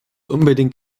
unbedingt